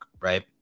right